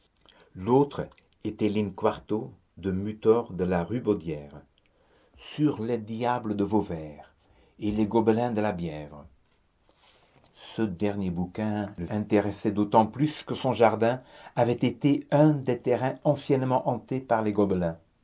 l'autre était lin quarto de mutor de la rubaudière sur les diables de vauvert et les gobelins de la bièvre ce dernier bouquin l'intéressait d'autant plus que son jardin avait été un des terrains anciennement hantés par les gobelins